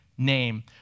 Name